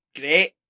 great